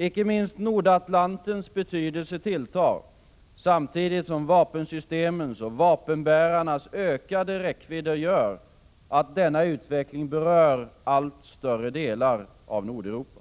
Icke minst Nordatlantens betydelse tilltar, samtidigt som vapensystemens och vapenbärarnas ökade räckvidder gör att denna utveckling berör allt större delar av Nordeuropa.